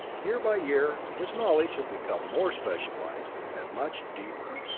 year by year, his knowledge has become more specialized, and much deeper.